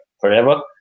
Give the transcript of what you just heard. forever